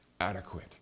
adequate